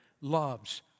loves